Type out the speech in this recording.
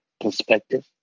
perspective